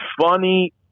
funny